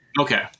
okay